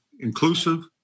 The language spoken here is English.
inclusive